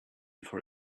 for